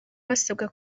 basabwa